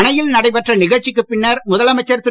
அனையில் நடைபெற்ற நிகழ்ச்சிக்குப் பின்னர் முதலமைச்சர் திரு